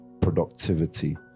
productivity